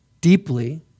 deeply